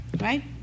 right